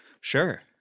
Sure